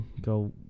Go